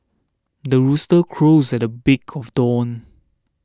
the rooster crows at the break of dawn